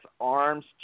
arms